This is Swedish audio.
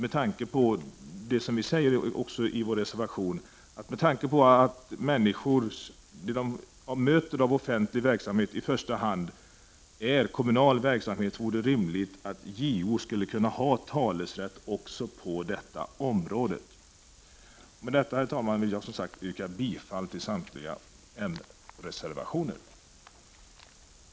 Med tanke på att det första som människor möter i form av offentlig verksamhet är den kommunala verksamheten vore det rimligt att JO hade talerätt också på detta område. Med det anförda, herr talman, yrkar jag bifall till samtliga reservationer som moderaterna står bakom.